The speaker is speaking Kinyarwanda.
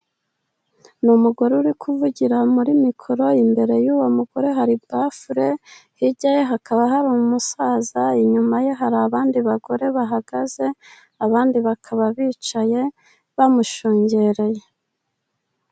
Ni umugore uri kuvugira muri mikoro, imbere y'uwo mugore hari bufure, hirya hakaba hari umusaza, inyuma ye hari abandi bagore bahagaze, abandi bakaba bicaye bamushungereye.